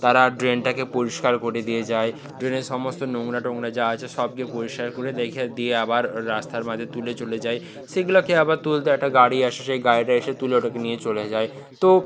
তারা ড্রেনটাকে পরিষ্কার করে দিয়ে যায় ড্রেনের সমস্ত নোংরা টোংরা যা আছে সবকে পরিষ্কার করে দেখে দিয়ে আবার রাস্তার মাঝে তুলে চলে যায় সেগুলোকে আবার তুলতে একটা গাড়ি আসে সেই গাড়িটা এসে তুলে ওটাকে নিয়ে চলে যায় তো